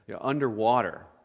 underwater